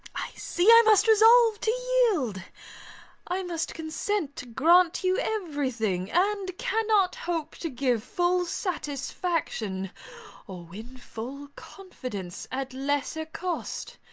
i see i must resolve to yield i must consent to grant you everything, and cannot hope to give full satisfaction or win full confidence, at lesser cost.